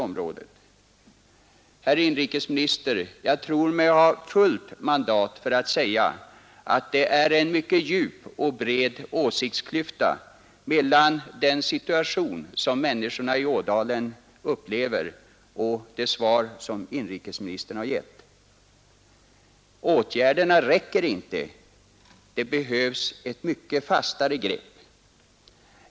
Herr inrikesminister! Jag tror mig ha fullt mandat för att säga att det är en mycket djup och bred klyfta mellan den situation som människorna i ådalen upplever och det svar som inrikesministern har lämnat. Åtgärderna räcker inte. Det behövs ett mycket fastare grepp.